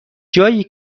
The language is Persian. جایی